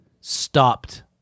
stopped